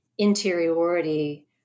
interiority